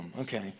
Okay